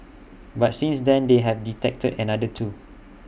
but since then they have detected another two